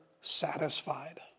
satisfied